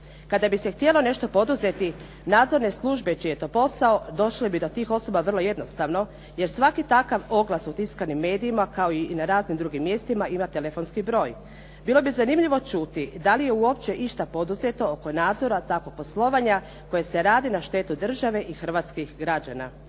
Kada bi se htjelo nešto poduzeti, nadzorne službe čiji je to posao, došle bi do tih osoba vrlo jednostavno jer svaki takav oglas u tiskanim medijima, kao i na raznim drugim mjestima, ima telefonski broj. Bilo bi zanimljivo čuti da li je uopće išta poduzeto oko nadzora takvog poslovanja koje se radi na štetu države i hrvatskih građana.